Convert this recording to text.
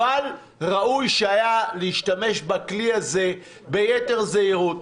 אבל ראוי היה להשתמש בכלי הזה ביתר זהירות.